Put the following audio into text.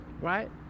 right